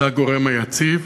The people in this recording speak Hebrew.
זה הגורם היציב,